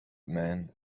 men